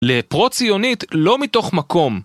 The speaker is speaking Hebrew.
לפרו- ציונית לא מתוך מקום